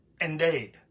indeed